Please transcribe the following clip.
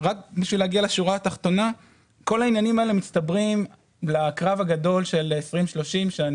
כל העניינים מתנקזים לקרב הגדול של 2030 שאני